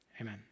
amen